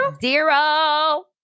Zero